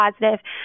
positive